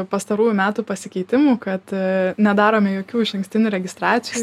pastarųjų metų pasikeitimų kad nedarome jokių išankstinių registracijų